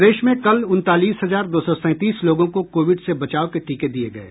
प्रदेश में कल उनतालीस हजार दो सौ सैंतीस लोगों को कोविड से बचाव के टीके दिये गये